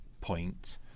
point